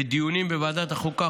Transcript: בדיונים בוועדת החוקה,